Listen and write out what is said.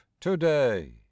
to-day